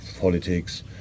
Politics